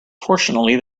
fortunately